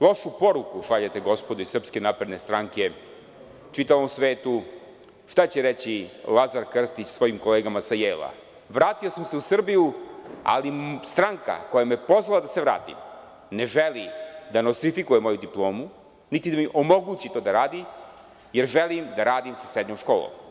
Lošu poruku šaljete, gospodo iz SNS, čitavom svetu, šta će reći Lazar Krstić svojim kolegama sa Jejla - Vratio sam se u Srbiju, ali stranka koja me je pozvala da se vratim, ne želi da nostrifikuje moju diplomu niti da mi omogući da to radim, jer želim da radim sa srednjom školom.